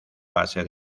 base